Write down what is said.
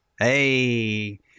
Hey